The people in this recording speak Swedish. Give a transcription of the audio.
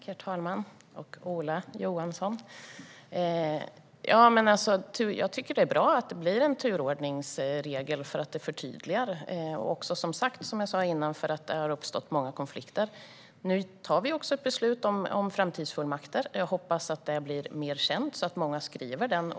Herr talman! Ola Johansson! Jag tycker att det är bra att det kommer en turordningsregel eftersom den förtydligar det hela och eftersom många konflikter tidigare har uppstått. Nu fattar vi ett beslut om framtidsfullmakter. Jag hoppas att detta blir mer känt så att många skriver sådana.